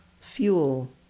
fuel